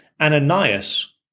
Ananias